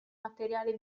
materiale